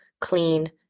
clean